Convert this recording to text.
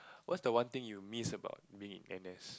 what's the one thing you miss about being in n_s